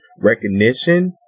recognition